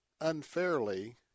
unfairly